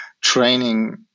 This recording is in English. training